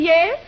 Yes